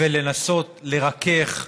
ולנסות לרכך,